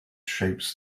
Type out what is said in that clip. shapes